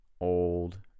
old